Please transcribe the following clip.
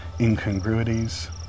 incongruities